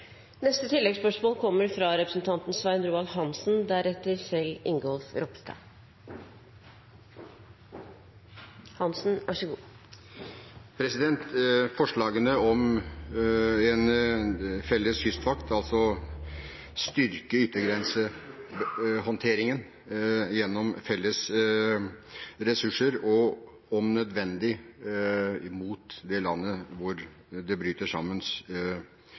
Svein Roald Hansen – til oppfølgingsspørsmål. Forslagene om en felles kystvakt, altså å styrke yttergrensehåndteringen gjennom felles ressurser og om nødvendig mot det landet hvor det bryter sammen